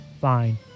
Fine